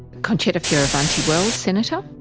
concetta fierravanti-wells, senator.